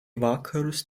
vakarus